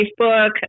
Facebook